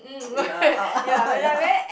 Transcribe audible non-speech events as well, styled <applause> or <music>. ya uh <laughs> ya